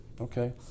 Okay